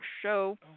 show